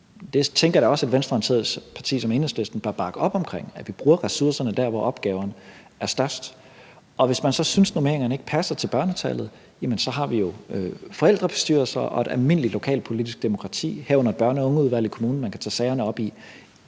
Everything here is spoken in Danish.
et venstreorienteret parti som Enhedslisten bør bakke op omkring, altså at vi bruger ressourcerne der, hvor opgaven er størst. Hvis man så synes, at normeringerne ikke passer til børnetallet, har vi jo forældrebestyrelser og et almindeligt lokalpolitisk demokrati, herunder børn og unge-udvalg i kommunen, som man kan tage sagerne op i